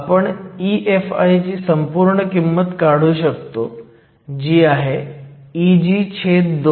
आपण EFi ची संपूर्ण किंमत काढू शकतो जी आहे Eg2